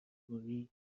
فوری